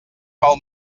pel